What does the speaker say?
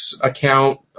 account